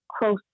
close